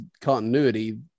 continuity